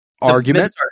Argument